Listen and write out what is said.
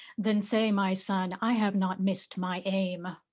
then say my son i have not missed my aim.